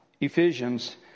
Ephesians